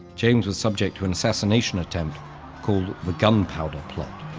james was subject to an assassination attempt called the gunpowder plot.